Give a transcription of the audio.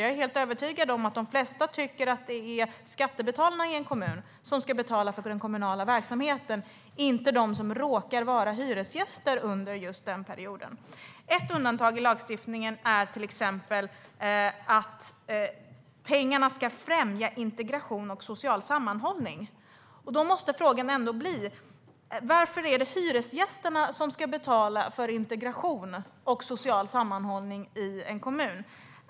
Jag är helt övertygad om att de flesta tycker att det är skattebetalarna i en kommun som ska betala för den kommunala verksamheten, inte de som råkar vara hyresgäster under just den perioden. Ett undantag i lagstiftningen är till exempel att pengarna ska främja integration och social sammanhållning. Då måste frågan bli: Varför är det hyresgästerna som ska betala för integration och social sammanhållning i en kommun?